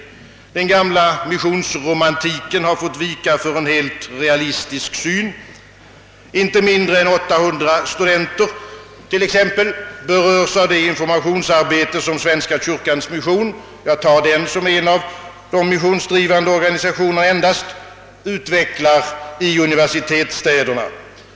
:Den gamla missionsromantiken har fått vika för en helt realistisk syn. Inte mindre än 800 studenter berörs t.ex... av det informationsarbete, som Svenska kyrkans mission — jag tar den som en av de missionsdrivande organisationerna' — utvecklar i universitetsstäderna.